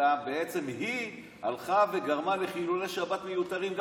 אלא בעצם היא הלכה וגרמה לחילולי שבת מיותרים גם כשלא צריך.